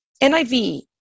NIV